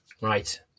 Right